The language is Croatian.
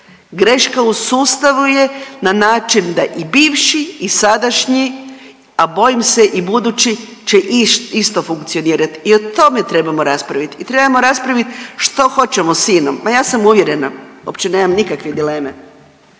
greška u sustavu je na način da i bivši i sadašnji, a bojim se i budući će isto funkcionirati i o tome trebamo raspravit. I trebamo raspravit što hoćemo s Inom. Ma ja sam uvjerena uopće nema nikakve dileme,